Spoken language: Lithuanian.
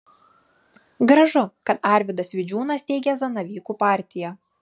gražu kad arvydas vidžiūnas steigia zanavykų partiją